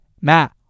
Matt